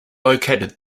located